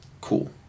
Cool